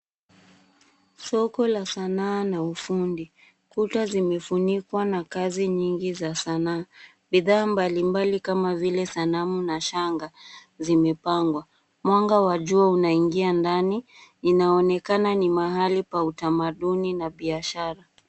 Soko la sanaa na ufundi, kuta zimefunikwa na kazi nyingi za sanaa. Bidhaa mbalimbali kama vile sanamu na shanga zime pangwa ,mwanga wa juu una ndani, inaonekana ni mahali pa utamaduni na biashara.